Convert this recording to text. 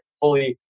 fully